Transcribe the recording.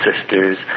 sisters